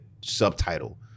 subtitle